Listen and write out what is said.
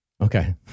Okay